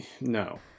no